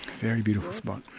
very beautiful spot.